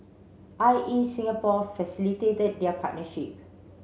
I E Singapore facilitated their partnership